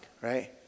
right